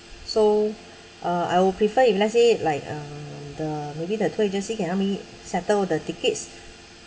so uh I will prefer if let's say like uh the maybe the tour agency can help me settle the tickets